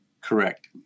Correct